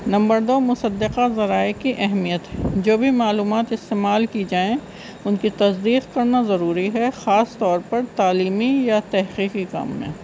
number دو مصدقہ ذرائع کی اہمیت جو بھی معلومات استعمال کی جائیں ان کی تصدق کرنا ضروری ہے خاص طور پر تعلیمی یا تحقیقی کام میں